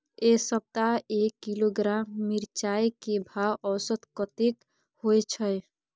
ऐ सप्ताह एक किलोग्राम मिर्चाय के भाव औसत कतेक होय छै?